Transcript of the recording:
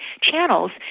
channels